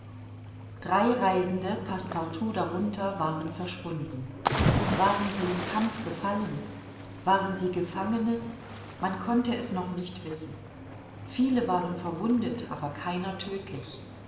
drei reisende passepartout darunter waren verschwunden waren sie im kampf gefallen waren sie gefangene man konnte es noch nicht wissen viele waren verwundet aber keiner tödtlich